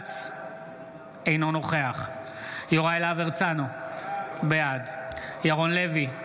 אינו נוכח יוראי להב הרצנו, בעד ירון לוי,